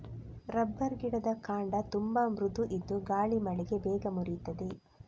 rubber ಗಿಡದ ಕಾಂಡ ತುಂಬಾ ಮೃದು ಇದ್ದು ಗಾಳಿ ಮಳೆಗೆ ಬೇಗ ಮುರೀತದೆ